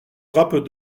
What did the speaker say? grappes